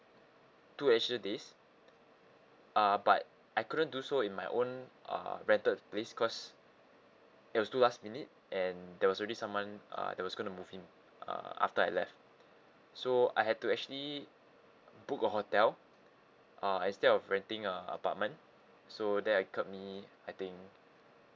two additional days uh but I couldn't do so in my own uh rented place cause it was too last minute and there was already someone uh that was gonna move in uh after I left so I had to actually book a hotel uh instead of renting uh a apartment so that incurred me I think